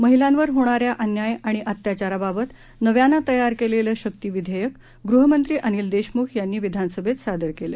महिलांवर होणाऱ्या अन्याय आणि अत्याचाराबाबत नव्यानं तयार केलेलं शक्ती विधेयक गृहमंत्री अनिल देशमुख यांनी विधानसभेत सादर केलं